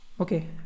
Okay